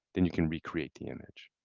and you can re-create the image.